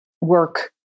work